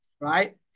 right